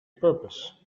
purpose